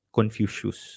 Confucius